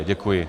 Děkuji.